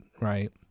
right